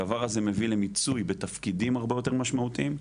הדבר הזה מביא למיצוי בתפקידים הרבה יותר משמעותיים.